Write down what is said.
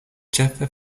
ĉefe